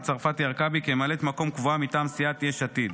צרפתי הרכבי כממלאת מקום קבועה מטעם סיעת יש עתיד.